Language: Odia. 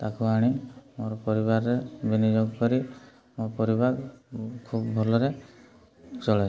ତା'କୁ ଆଣି ମୋର ପରିବାରରେ ବିନିଯୋଗ କରି ମୋ ପରିବାର ଖୁବ୍ ଭଲରେ ଚଳାଏ